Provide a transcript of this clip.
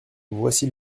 voici